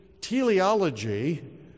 teleology